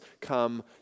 come